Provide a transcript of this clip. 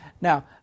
Now